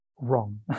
wrong